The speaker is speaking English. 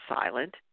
silent